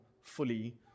fully